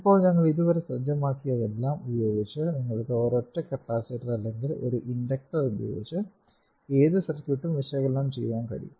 ഇപ്പോൾ ഞങ്ങൾ ഇതുവരെ സജ്ജമാക്കിയിട്ടുള്ളതെല്ലാം ഉപയോഗിച്ച് നിങ്ങൾക്ക് ഒരൊറ്റ കപ്പാസിറ്റർ അല്ലെങ്കിൽ ഒരു ഇൻഡക്റ്റർ ഉപയോഗിച്ച് ഏത് സർക്യൂട്ടും വിശകലനം ചെയ്യാൻ കഴിയും